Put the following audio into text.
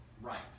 right